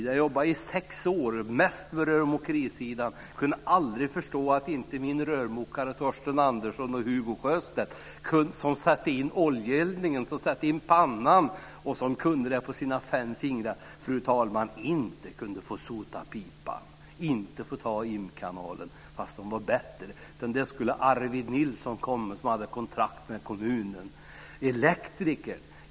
Jag jobbade i sex år mest med rörmokerisidan. Jag kunde aldrig förstå att inte mina rörmokare Torsten Andersson och Hugo Sjöstedt, som satte in oljeeldningen, som satte in pannan och som kunde den på sina fem fingrar, inte kunde få sota pipan, fru talman, inte kunde få ta imkanalen, fast de var bättre. Det skulle Arvid Nilsson komma och göra som hade kontrakt med kommunen.